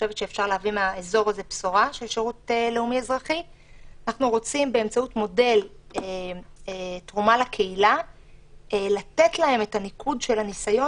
אנחנו רוצים באמצעות מודל תרומה לקהילה לתת להם את הניקוד של הניסיון,